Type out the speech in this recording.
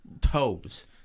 toes